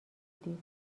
دید